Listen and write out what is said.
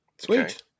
Sweet